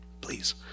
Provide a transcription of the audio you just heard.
please